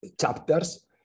chapters